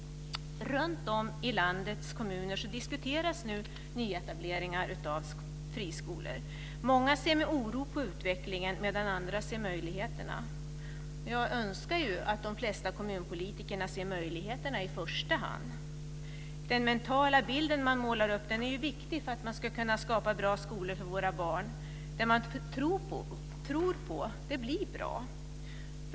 Runtom i landets kommuner diskuteras nu nyetableringar av friskolor. Många ser med oro på utvecklingen, medan andra ser möjligheterna. Jag önskar att de flesta kommunpolitikerna ser möjligheterna i första hand. Den mentala bild man målar upp är viktig för att man ska kunna skapa bra skolor för våra barn. Det man tror på, det blir bra.